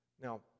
Now